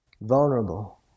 Vulnerable